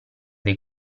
dei